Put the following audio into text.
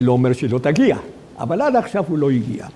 לא אומר שהיא לא תגיע, אבל עד עכשיו הוא לא הגיע.